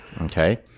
Okay